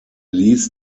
ließ